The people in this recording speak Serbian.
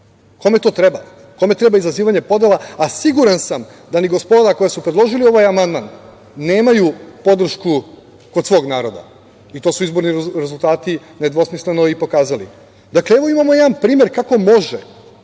Kome to treba? Kome treba izazivanje podela, a siguran sam da ni gospoda koja su predložili ovaj amandman nemaju podršku kod svog naroda. I to su izborni rezultati nedvosmisleno i pokazali. Dakle, evo imamo jedan primer kako mogu